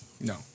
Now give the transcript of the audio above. No